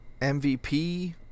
MVP